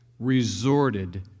resorted